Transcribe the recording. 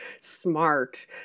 smart